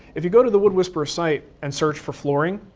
if you go to the wood whisperer's site and search for flooring,